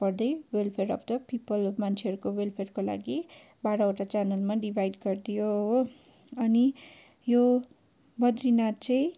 for the welfare of people मान्छेहरूको वेलफेयरको लागि बाह्रवटा च्यानलमा डिभाइड गरिदियो हो अनि यो बद्रीनाथ चाहिँ